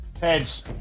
Heads